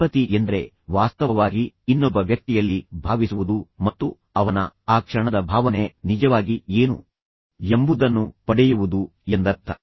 empathy ಎಂದರೆ ವಾಸ್ತವವಾಗಿ ಇನ್ನೊಬ್ಬ ವ್ಯಕ್ತಿಯಲ್ಲಿ ಭಾವಿಸುವುದು ಮತ್ತು ಅವನ ಆ ಕ್ಷಣದ ಭಾವನೆ ನಿಜವಾಗಿ ಏನು ಎಂಬುದನ್ನು ಪಡೆಯುವುದು ಎಂದರ್ಥ